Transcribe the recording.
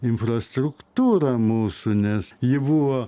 infrastruktūra mūsų nes ji buvo